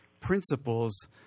principles